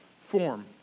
form